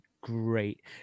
great